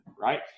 right